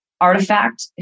Artifact